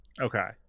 Okay